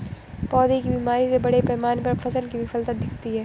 पौधों की बीमारी से बड़े पैमाने पर फसल की विफलता दिखती है